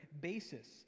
basis